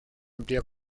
amplía